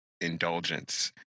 indulgence